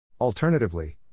Alternatively